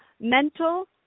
mental